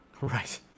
right